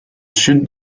sud